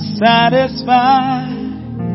satisfied